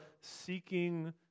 seeking